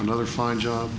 another find job